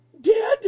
dead